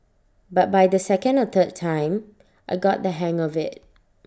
but by the second or third time I got the hang of IT